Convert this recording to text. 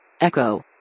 Echo